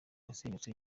wasenyutse